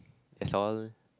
is all